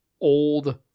old